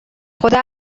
خدا